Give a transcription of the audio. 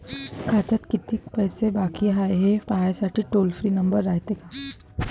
खात्यात कितीक पैसे बाकी हाय, हे पाहासाठी टोल फ्री नंबर रायते का?